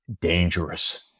dangerous